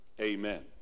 Amen